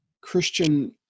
Christian